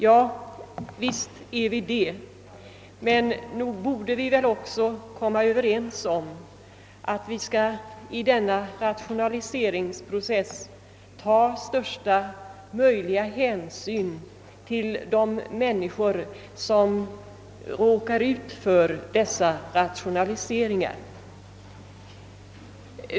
Ja, visst är vi det, men nog borde vi väl också komma överens om att vi i denna rationaliseringsprocess skall ta största möjliga hänsyn till de människor som råkar ut för rationaliseringarna.